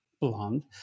blonde